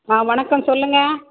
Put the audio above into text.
ஆ வணக்கம் சொல்லுங்க